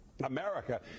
America